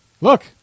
Look